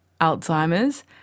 Alzheimer's